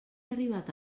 arribat